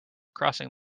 crossing